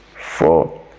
four